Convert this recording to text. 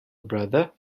brother